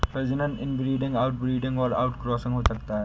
प्रजनन inbreeding, outbreeding और outcrossing हो सकता है